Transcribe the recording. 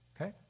okay